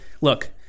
look